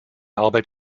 arbeit